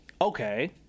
Okay